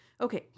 Okay